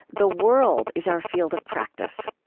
the world is our field of practice.